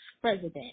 president